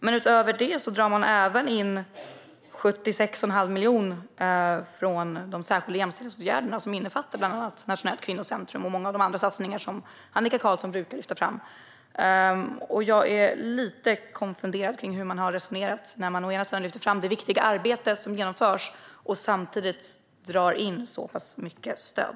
Å andra sidan drar man även in 76 1⁄2 miljon från de särskilda jämställdhetsåtgärder som innefattar bland annat Nationellt centrum för kvinnofrid och många av de andra satsningar som Annika Qarlsson brukar lyfta fram. Jag är lite konfunderad kring hur man har resonerat när man å ena sidan lyfter fram det viktiga arbete som genomförs, å andra sidan drar in så pass mycket stöd.